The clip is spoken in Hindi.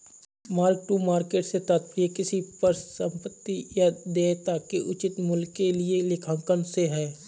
मार्क टू मार्केट से तात्पर्य किसी परिसंपत्ति या देयता के उचित मूल्य के लिए लेखांकन से है